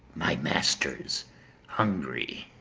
my master's hungry